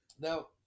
now